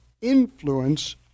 influence